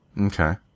Okay